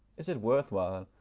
is it worth while,